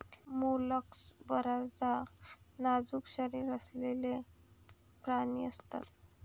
mollusc बर्याचदा नाजूक शरीर असलेले प्राणी असतात